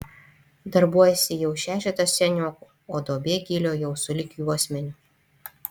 darbuojasi jau šešetas seniokų o duobė gylio jau sulig juosmeniu